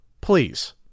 Please